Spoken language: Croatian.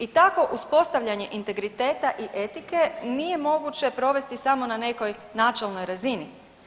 I takvo uspostavljanje integriteta i etike nije moguće provesti samo na nekoj načelnoj razini.